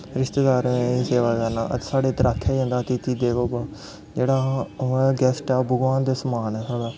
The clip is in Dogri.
रिश्तेदारें दी सेवा करना साढ़े इद्धर आखेआ जंदा अथिति देवो व जेह्ड़ा ओह् ऐ गैस्ट ऐ भगवान दे समान ऐ साढ़ा